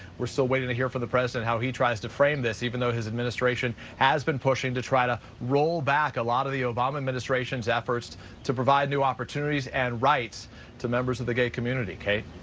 we're still waiting to hear from the president how he tries to frame this, even though his administration has been pushing to try to roll back a lot of the obama administration's efforts to provide new opportunities and rights to members of the gay community. kate?